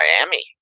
Miami